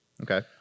Okay